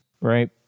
right